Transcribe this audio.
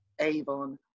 Avon